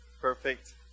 Perfect